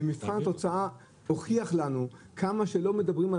ומבחן התוצאה הוכיח לנו כמה שלא מדברים על